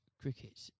cricket